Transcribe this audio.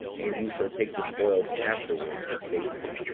and you shall take the spoils afterwards with safety.